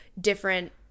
different